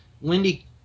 Wendy